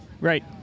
right